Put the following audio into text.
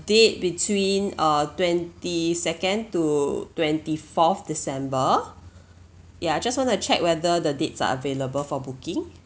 date between uh twenty second to twenty fourth december ya just want to check whether the dates are available for booking